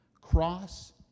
Cross